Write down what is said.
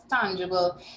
tangible